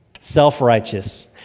self-righteous